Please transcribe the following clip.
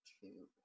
two